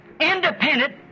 independent